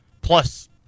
plus